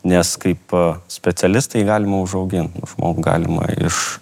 nes kaip specialistą jį galima užauginti žmogų galima iš